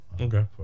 Okay